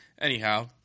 Anyhow